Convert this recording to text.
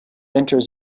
enters